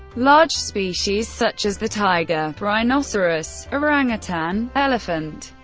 large species such as the tiger, rhinoceros, orangutan, elephant,